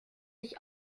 sich